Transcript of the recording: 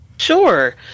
Sure